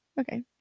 okay